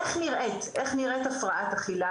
איך נראית הפרעת אכילה,